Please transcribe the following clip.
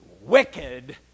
wicked